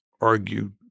argued